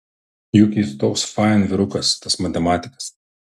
juk jis toks fain vyrukas tas matematikas